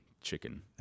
chicken